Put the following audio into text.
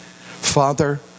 father